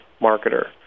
marketer